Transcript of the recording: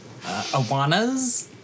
Awanas